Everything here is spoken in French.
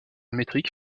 métrique